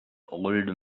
old